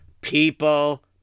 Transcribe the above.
People